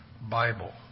Bible